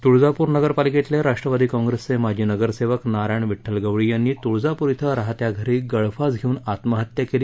तुळजापूर नगरपालिकेतले राष्ट्रवादी कॉर्ट्रेखिचे माजी नगरसेवक नारायण विड्डल गवळी यातीी तुळजापूर इथ्रिहत्या घरी गळफास घेउन आत्महत्या केली